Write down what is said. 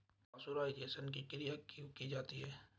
Pasteurisation की क्रिया क्यों की जाती है?